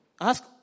Ask